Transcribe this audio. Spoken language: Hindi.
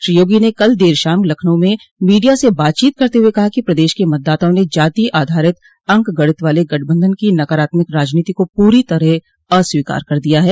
श्री योगी ने कल देर शाम लखनऊ में मीडिया से बातचीत करते हुए कहा कि प्रदेश क मतदाताओं ने जाति आधारित अंकगणित वाले गठबंधन की नकारात्मक राजनीति को पूरी तरह अस्वीकार कर दिया है